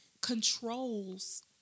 controls